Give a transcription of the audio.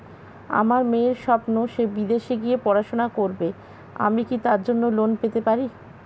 আমার মেয়ের স্বপ্ন সে বিদেশে গিয়ে পড়াশোনা করবে আমি কি তার জন্য লোন পেতে পারি?